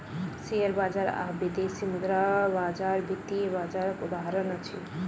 share बजार आ विदेशी मुद्रा बजार वित्तीय बजारक उदाहरण अछि